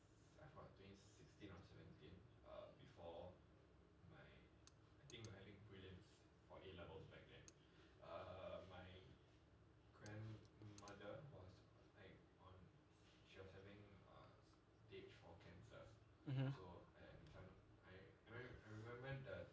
mmhmm